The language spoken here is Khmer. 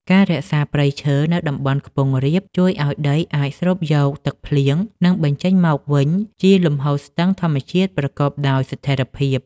ការរក្សាព្រៃឈើនៅតំបន់ខ្ពង់រាបជួយឱ្យដីអាចស្រូបយកទឹកភ្លៀង និងបញ្ចេញមកវិញជាលំហូរស្ទឹងធម្មជាតិប្រកបដោយស្ថិរភាព។